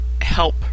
help